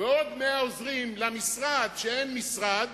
ועוד 100 עוזרים למשרד כשאין משרד,